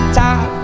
top